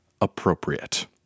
appropriate